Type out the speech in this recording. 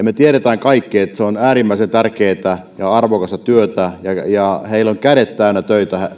me tiedämme kaikki että se on äärimmäisen tärkeätä ja arvokasta työtä ja näillä projektityöntekijöillä on kädet täynnä töitä